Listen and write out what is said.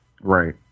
Right